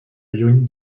lluny